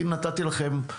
הנה, נתתי לכם רעיון.